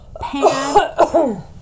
Pan